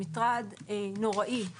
הוא מטרד נוראי,